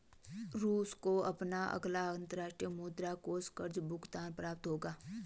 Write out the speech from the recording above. रूस को अपना अगला अंतर्राष्ट्रीय मुद्रा कोष कर्ज़ भुगतान प्राप्त होगा